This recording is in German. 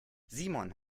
simon